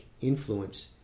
influence